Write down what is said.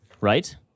right